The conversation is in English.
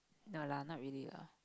no lah not really lah